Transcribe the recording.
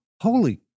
holy